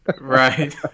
right